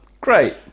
Great